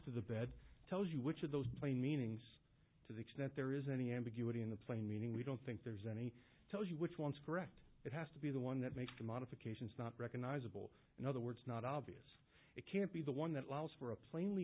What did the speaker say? to the bed tells you which of those plain meanings to the extent there is any ambiguity in the plain meaning we don't think there's any tells you which ones correct it has to be the one that makes the modifications not recognizable in other words not obvious it can't be the one that allows for a plainly